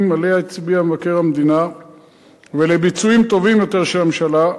שעליהם הצביע מבקר המדינה ולביצועים טובים יותר של הממשלה,